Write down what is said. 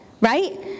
right